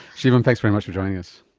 shivam, thanks very much for joining us.